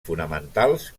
fonamentals